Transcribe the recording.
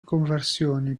conversioni